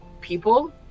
people